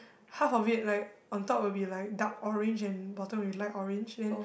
half of it like on top will be like dark orange and bottom would be light orange then